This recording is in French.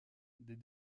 des